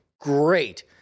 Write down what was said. Great